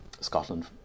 Scotland